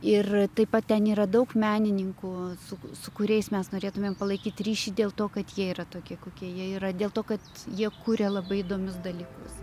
ir taip pat ten yra daug menininkų su su kuriais mes norėtumėm palaikyti ryšį dėl to kad jie yra tokie kokie jie yra dėl to kad jie kuria labai įdomius dalykus